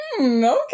okay